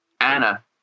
Anna